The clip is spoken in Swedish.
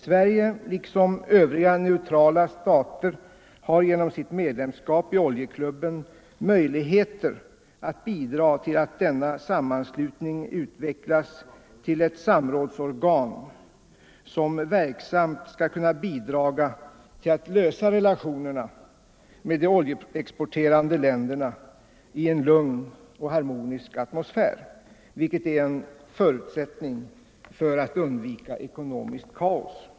Sverige liksom övriga neutrala stater har genom sitt medlemskap i oljeklubben möjligheter att bidra till att denna sammanslutning utvecklas till ett samrådsorgan, som verksamt skall kunna bidraga till att lösa problemen i relationerna med de oljeexporterande länderna i en lugn och harmonisk atmosfär, vilket är en förutsättning för att undvika ekonomiskt kaos.